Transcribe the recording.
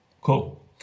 Cool